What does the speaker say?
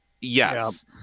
yes